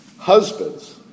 Husbands